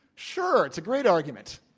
sure, it's a great argument.